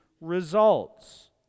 results